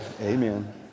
Amen